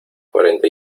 cuarenta